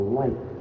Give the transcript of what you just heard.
light